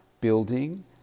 building